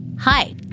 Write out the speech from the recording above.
Hi